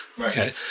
Okay